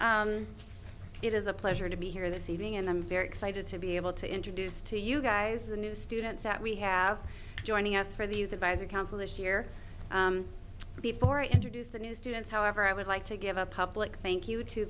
evening it is a pleasure to be here this evening and i'm very excited to be able to introduce to you guys a new students that we have joining us for these advisory council this year before i introduce the new students however i would like to give a public thank